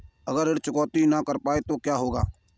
अगर ऋण चुकौती न कर पाए तो क्या होगा?